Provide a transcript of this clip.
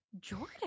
jordan